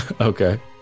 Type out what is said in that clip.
Okay